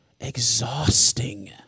exhausting